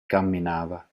camminava